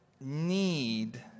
need